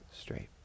straight